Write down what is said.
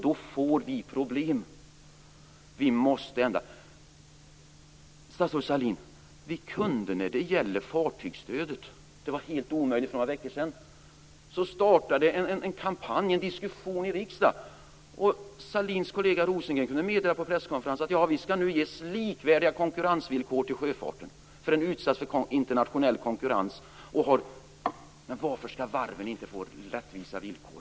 Då får vi problem. Vi måste ändra på detta. Statsrådet Sahlin, när det gäller fartygsstödet kunde vi ju. Det var helt omöjligt för några veckor sedan men så startade en kampanj, en diskussion, i riksdagen. Mona Sahlins kollega Björn Rosengren kunde på en presskonferens meddela: Ja, vi skall nu ges likvärdiga konkurrensvillkor för sjöfarten, som är utsatt för internationell konkurrens. Men varför skall varven inte få rättvisa villkor?